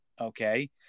Okay